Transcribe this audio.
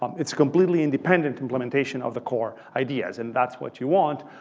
um it's completely independent implementation of the core ideas, and that's what you want.